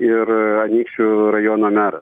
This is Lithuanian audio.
ir anykščių rajono meras